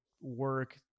work